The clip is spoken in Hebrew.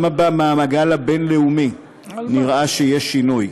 גם במעגל הבין-לאומי נראה שיש שינוי: